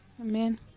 Amen